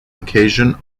occasion